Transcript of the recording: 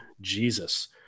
Jesus